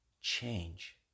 change